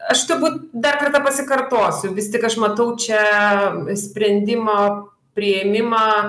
aš turbūt dar kartą pasikartosiu vis tik aš matau čia sprendimo priėmimą